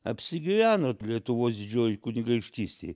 apsigyveno lietuvos didžiojoj kunigaikštystėj